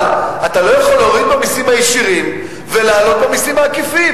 אבל אתה לא יכול להוריד במסים הישירים ולהעלות במסים העקיפים.